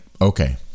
okay